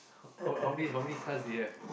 how how many how many cars do you have